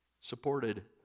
supported